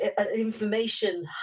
information